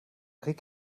rick